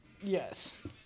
Yes